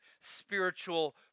spiritual